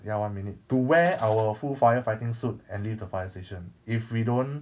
ya one minute to wear our full firefighting suit and leave the fire station if we don't